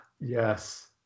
Yes